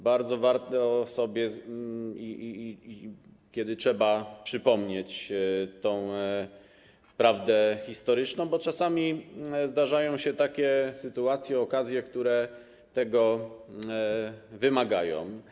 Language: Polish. Bardzo warto sobie, kiedy trzeba, przypomnieć tę prawdę historyczną, bo czasami zdarzają się takie sytuacje, okazje, które tego wymagają.